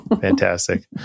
fantastic